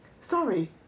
Sorry